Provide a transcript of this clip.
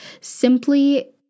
simply